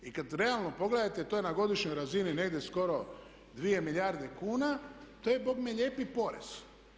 I kad realno pogledate to je na godišnjoj razini negdje skoro 2 milijarde kuna to je bogme lijepi porez.